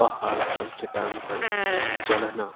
پہاڑ پر چٹان پر چڑھنا